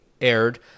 aired